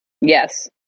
Yes